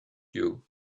you